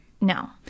no